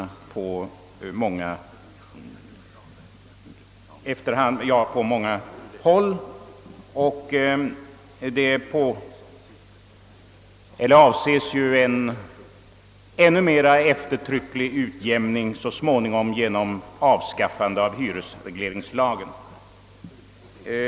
Ännu mer eftertrycklig kommer denna utjämning att bli, när man så småningom avskaffar hyresregleringslagen.